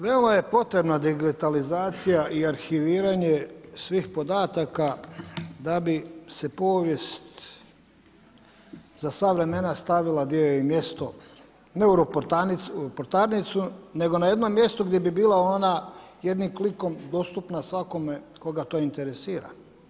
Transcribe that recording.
Veoma je potrebna digitalizacija i arhiviranje svih podataka da bi se povijest za sva vremena stavila gdje joj je i mjesto, ne u ropotarnicu nego na jedno mjesto gdje bi bila ona jednim klikom dostupna svakome koga to interesira.